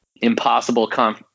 Impossible